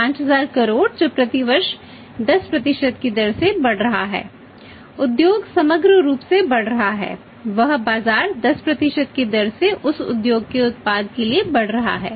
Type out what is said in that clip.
5000 करोड़ जो प्रति वर्ष 10 की दर से बढ़ रहा है उद्योग समग्र रूप से बढ़ रहा है वह बाजार 10 की दर से उस उद्योग के उत्पाद के लिए बढ़ रहा है